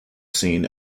scene